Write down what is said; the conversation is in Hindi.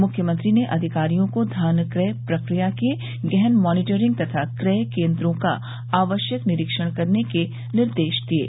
मुख्यमंत्री ने अधिकारियों को धान क्रय प्रक्रिया के गहन मॉनीटरिंग तथा क्रय केन्द्रों का आवश्यक निरीक्षण करने के निर्देश दिये